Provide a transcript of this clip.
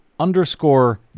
underscore